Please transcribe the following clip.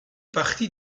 partie